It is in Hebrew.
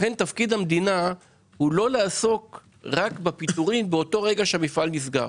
לכן תפקיד המדינה הוא לא לעסוק רק בפיטורים באותו רגע שהמפעל נסגר.